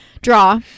draw